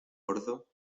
bordo